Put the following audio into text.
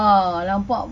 ah nampak